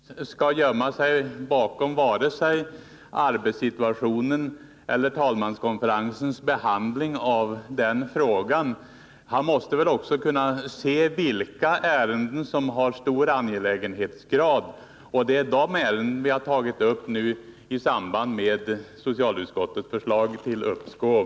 Herr talman! Jag tycker inte att Gabriel Romanus skall gömma sig bakom vare sig arbetssituationen eller talmanskonferensens behandling av den frågan. Han måste också kunna se vilka ärenden som har stor angelägenhetsgrad. Det är några sådana ärenden som vi har tagit upp, bl.a. i samband med socialutskottets förslag till uppskov.